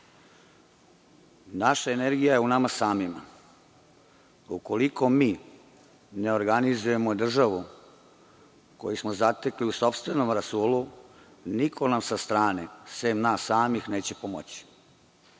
energija je u nama samima. Ukoliko mi ne organizujemo državu koju smo zatekli u sopstvenom rasulu, niko nam sa strane, sem nas samih, neće pomoći.